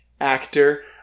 actor